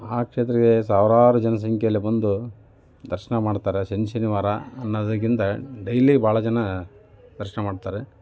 ಆ ಕ್ಷೇತ್ರಕ್ಕೆ ಸಾವಿರಾರು ಜನ ಸಂಖ್ಯೆಯಲ್ಲಿ ಬಂದು ದರ್ಶನ ಮಾಡ್ತಾರೆ ಶನ್ ಶನಿವಾರ ಅನ್ನೋದಕ್ಕಿಂತ ಡೈಲಿ ಬಹಳ ಜನ ದರ್ಶನ ಮಾಡ್ತಾರೆ